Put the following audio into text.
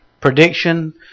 prediction